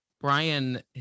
Brian